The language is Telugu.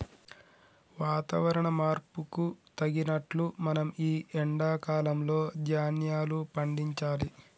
వాతవరణ మార్పుకు తగినట్లు మనం ఈ ఎండా కాలం లో ధ్యాన్యాలు పండించాలి